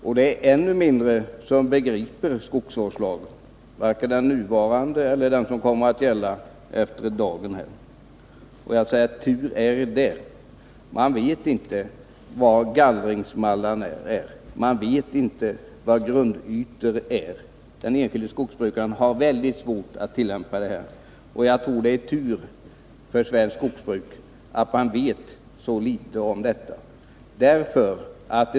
Och det är ännu färre som begriper skogsvårdslagen — varken den nuvarande eller den som kommer att gälla efter dagens beslut. Och det är tur. Skogsägarna vet inte vad gallringsmallar eller grundytor är. De enskilda skogsbrukarna har mycket svårt att tillämpa lagen, och jag tror att det är tur för svenskt skogsbruk att de vet så litet om lagstiftningen.